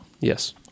yes